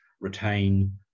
retain